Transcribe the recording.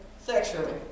sexually